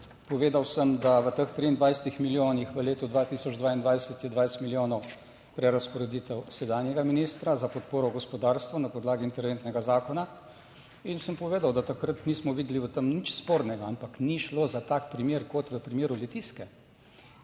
Povedal sem, da v teh 23 milijonih v letu 2022 je 20 milijonov prerazporeditev sedanjega ministra za podporo gospodarstvu na podlagi interventnega zakona. In sem povedal, da takrat nismo videli v tem nič spornega, ampak ni šlo za tak primer, **61.